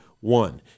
one